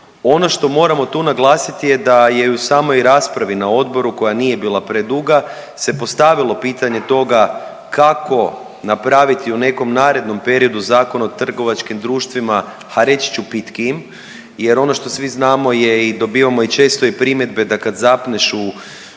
Ono što moramo tu naglasiti je da je i u samoj raspravi na odboru koja nije bila preduga se postavilo pitanje toga kako napraviti u nekom narednom periodu Zakon o trgovačkim društvima, ha reći ću pitkijim jer ono što svi znamo je i dobivamo i često i primjedbe da kad zapneš u